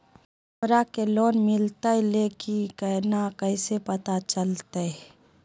हमरा के लोन मिलता ले की न कैसे पता चलते?